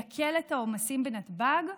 יקל את העומסים בנתב"ג,